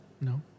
No